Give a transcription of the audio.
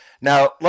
Now